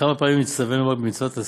וכמה פעמים נצטווינו בה, במצוות עשה.